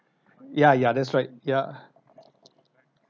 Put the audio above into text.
ya ya that's right ya